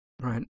Right